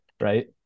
Right